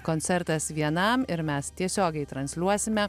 koncertas vienam ir mes tiesiogiai transliuosime